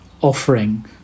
offering